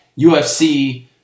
UFC